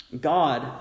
God